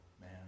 man